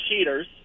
cheaters